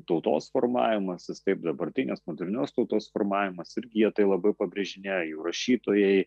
tautos formavimasis taip dabartinės modernios tautos formavimas irgi jie tai labai pabrėžinėja jų rašytojai